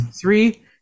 Three